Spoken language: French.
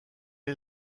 est